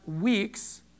weeks